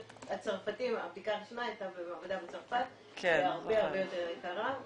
הבדיקה הייתה במעבדה בצרפת, והיא הרבה יותר יקרה.